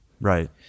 Right